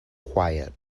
quiet